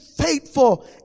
faithful